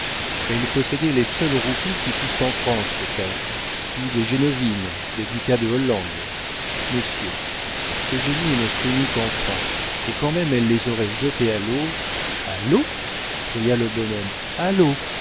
elle possédait les seules roupies qui fussent en france peut-être puis des génovines des ducats de hollande monsieur eugénie est notre unique enfant et quand même elle les aurait jetés à l'eau a l'eau cria le bonhomme